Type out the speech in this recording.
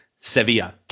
Sevilla